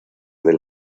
del